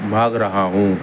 بھاگ رہا ہوں